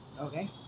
Okay